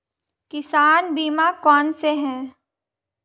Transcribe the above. किसान बीमा कौनसे हैं?